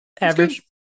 average